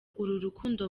urukundo